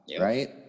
right